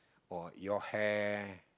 or your hair